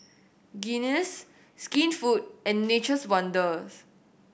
Guinness Skinfood and Nature's Wonders